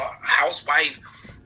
housewife